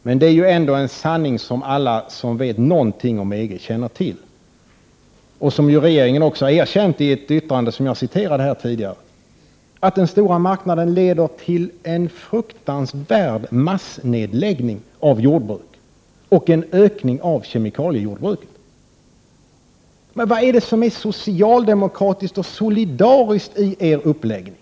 Men det är en sanning som alla som vet någonting om EG känner till och som också regeringen har erkänt i ett yttrande som jag citerade tidigare, att den stora marknaden leder till en fruktansvärd 59 det som är socialdemokratiskt och solidariskt i er uppläggning?